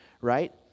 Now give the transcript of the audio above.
right